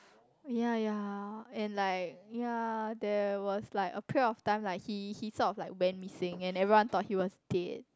oh yea yea and like yea there was like a period of time like he he sort of like went missing and everyone thought he was dead